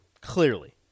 Clearly